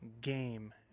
game